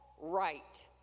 right